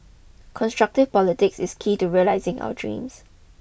constructive politics is key to realising our dreams